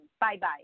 Bye-bye